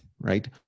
right